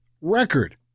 record